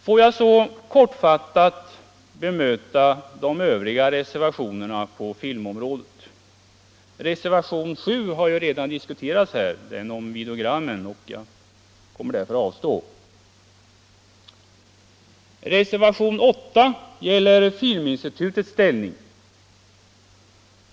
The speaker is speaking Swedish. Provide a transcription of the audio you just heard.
Får jag så kortfattat bemöta de övriga reservationerna på filmområdet — reservationen 7 om videogram har redan diskuterats, och jag skall därför inte ta upp den. Reservationen 8 gäller Filminstitutets ställning.